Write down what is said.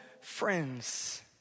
friends